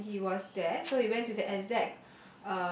when he was there so we went to the exact